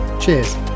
cheers